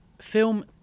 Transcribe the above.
film